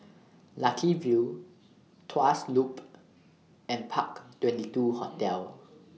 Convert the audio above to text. Lucky View Tuas Loop and Park twenty two Hotel